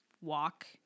walk